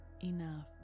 enough